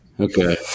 Okay